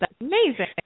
amazing